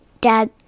Dad